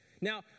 now